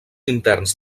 interns